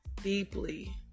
deeply